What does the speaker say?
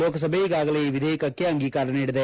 ಲೋಕಸಭೆ ಈಗಾಗಲೇ ಈ ವಿಧೇಯಕಕ್ಕೆ ಅಂಗೀಕಾರ ನೀಡಿದೆ